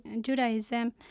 Judaism